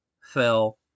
fell